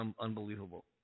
unbelievable